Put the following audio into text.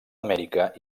amèrica